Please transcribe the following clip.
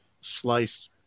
sliced